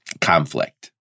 conflict